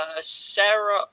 Sarah